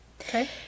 Okay